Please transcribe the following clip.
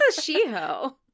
she-ho